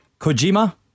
Kojima